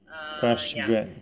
fresh grad